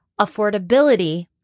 affordability